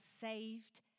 saved